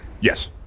Yes